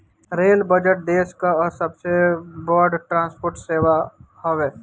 rail budget देस कअ सबसे बड़ ट्रांसपोर्ट सेवा हवे